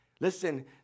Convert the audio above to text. Listen